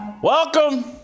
Welcome